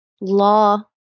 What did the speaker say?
law